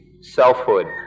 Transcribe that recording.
selfhood